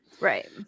Right